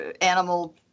animal